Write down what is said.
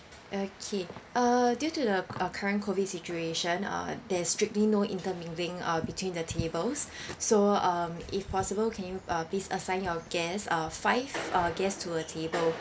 okay err due to the uh current COVID situation uh there's strictly no intermingling uh between the tables so um if possible can you uh please assign your guests uh five uh guests to a table